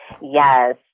Yes